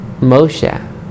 Moshe